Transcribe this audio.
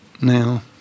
now